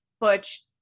Butch